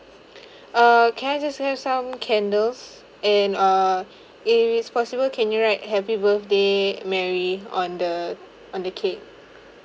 uh can I just have some candles and err if it is possible can you write happy birthday mary on the on the cake